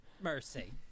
Mercy